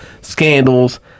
scandals